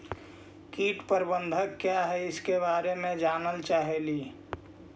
कीट प्रबनदक क्या है ईसके बारे मे जनल चाहेली?